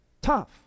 tough